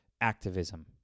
activism